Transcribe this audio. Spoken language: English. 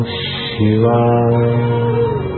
Shiva